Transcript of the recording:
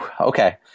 Okay